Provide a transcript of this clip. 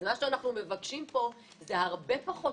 אז מה שאנחנו מבקשים פה זה הרבה פחות